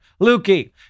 Lukey